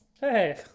Hey